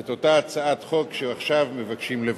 את אותה הצעת חוק שעכשיו מבקשים לבטל.